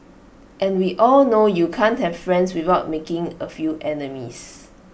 and we all know you can't have friends without making A few enemies